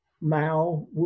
Mao